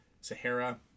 Sahara